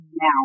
Now